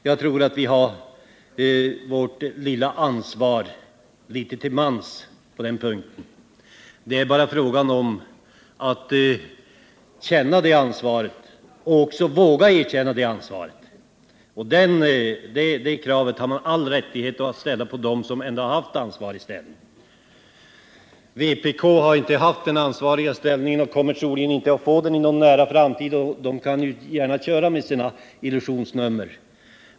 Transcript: Jag tror att vi på den punkten bär ett ansvar litet till mans. Det gäller bara att våga erkänna sitt ansvar. Det kravet har man all rätt att ställa på dem som suttit i ansvarig ställning. Vpk har inte haft någon sådan ställning och kommer troligen inte heller att få det inom en nära framtid, och kommunisterna kan därför gärna köra med sina illusionsnummer.